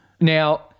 Now